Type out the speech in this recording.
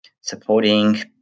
supporting